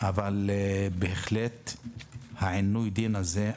אבל בהחלט עינוי הדין הזה,